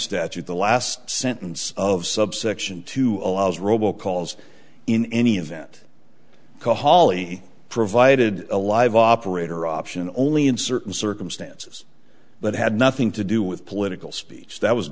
statute the last sentence of subsection two allows robo calls in any event call holly provided a live operator option only in certain circumstances that had nothing to do with political speech that was